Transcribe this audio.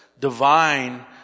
divine